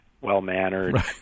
well-mannered